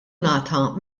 ngħata